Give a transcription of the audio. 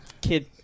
kid